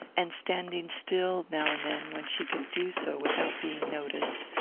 and standing still now and then when she could do so without being noticed,